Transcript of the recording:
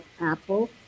Apple